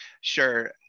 Sure